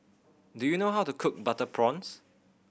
do you know how to cook butter prawns